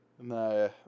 No